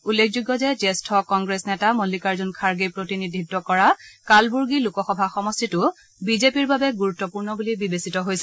উল্লেখযোগ্য যে জ্যেষ্ঠ কংগ্ৰেছ নেতা মল্লিকাৰ্জুন খাগেই প্ৰতিনিধিত্ব কৰা কালবুৰ্গি লোকসভা সমষ্টিটো বিজেপিৰ বাবে গুৰুত্বপূৰ্ণ বুলি বিবেচিত হৈছে